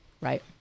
Right